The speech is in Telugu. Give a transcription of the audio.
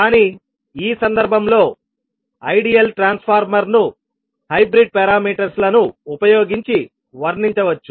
కానీ ఈ సందర్భంలో ఐడియల్ ట్రాన్స్ఫార్మర్ను హైబ్రిడ్ పారామీటర్స్ లను ఉపయోగించి వర్ణించవచ్చు